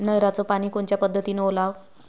नयराचं पानी कोनच्या पद्धतीनं ओलाव?